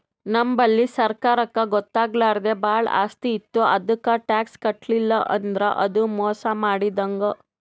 ನಮ್ ಬಲ್ಲಿ ಸರ್ಕಾರಕ್ಕ್ ಗೊತ್ತಾಗ್ಲಾರ್ದೆ ಭಾಳ್ ಆಸ್ತಿ ಇತ್ತು ಅದಕ್ಕ್ ಟ್ಯಾಕ್ಸ್ ಕಟ್ಟಲಿಲ್ಲ್ ಅಂದ್ರ ಅದು ಮೋಸ್ ಮಾಡಿದಂಗ್